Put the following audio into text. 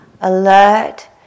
alert